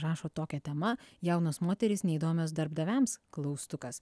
rašo tokia tema jaunos moterys neįdomios darbdaviams klaustukas